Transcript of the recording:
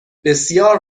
بسیار